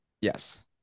Yes